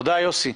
תודה, יוסי.